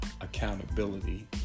accountability